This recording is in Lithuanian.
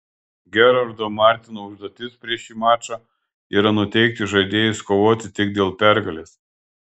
gerardo martino užduotis prieš šį mačą yra nuteikti žaidėjus kovoti tik dėl pergalės